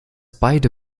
beide